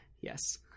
yes